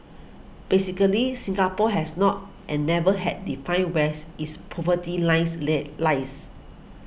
basically Singapore has not and never had defined where's its poverty lines lay lies